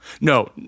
No